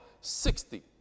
Sixty